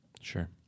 Sure